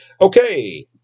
Okay